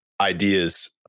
ideas